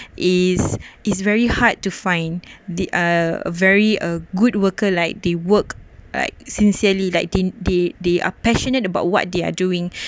is is very hard to find the uh very a good worker like they work like sincerely like they they they are passionate about what they are doing